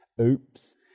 Oops